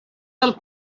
del